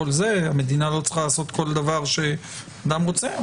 המדינה לא צריכה לעשות כל דבר שאדם רוצה.